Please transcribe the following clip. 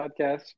Podcast